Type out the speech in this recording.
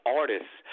artists